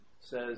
says